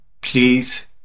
please